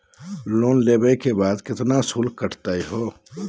Loan लेवे के बाद केतना शुल्क कटतही हो?